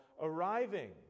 arriving